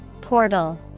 Portal